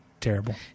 terrible